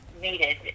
needed